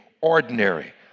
ordinary